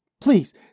Please